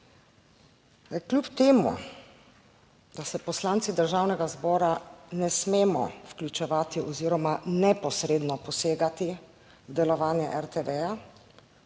Kljub temu, da se poslanci Državnega zbora ne smemo vključevati oziroma neposredno posegati v delovanje RTV,